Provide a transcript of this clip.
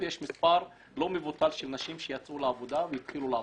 יש מספר לא מבוטל של נשים שיצאו לעבודה והתחילו לעבוד.